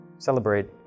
Celebrate